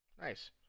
nice